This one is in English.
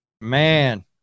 Man